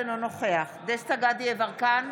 אינו נוכח דסטה גדי יברקן,